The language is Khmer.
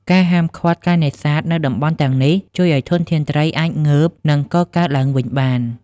ការហាមឃាត់ការនេសាទនៅតំបន់ទាំងនេះជួយឲ្យធនធានត្រីអាចងើប និងកកើតឡើងវិញបាន។